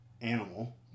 animal